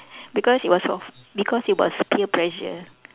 because it was of because it was peer pressure